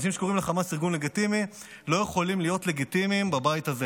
אנשים שקוראים לחמאס ארגון לגיטימי לא יכולים להיות לגיטימיים בבית הזה.